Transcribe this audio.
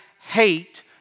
hate